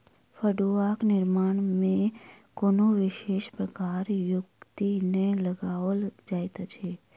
फड़ुआक निर्माण मे कोनो विशेष प्रकारक युक्ति नै लगाओल जाइत अछि